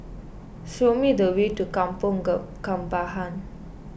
show me the way to Kampong Kembangan